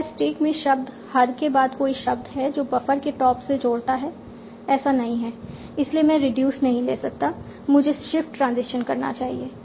क्या स्टैक में शब्द हर के बाद कोई शब्द है जो बफर के टॉप से जोड़ता है ऐसा नहीं है इसीलिए मैं रिड्यूस नहीं ले सकता मुझे शिफ्ट ट्रांजिशन करना चाहिए